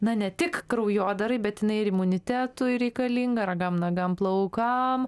na ne tik kraujodarai bet jinai ir imunitetui reikalinga ragam nagam plaukam